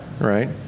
right